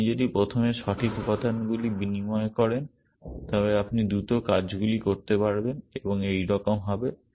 আপনি যদি প্রথমে সঠিক উপাদানগুলি বিনিময় করেন তবে আপনি দ্রুত কাজগুলি করতে পারবেন এবং এইরকম হবে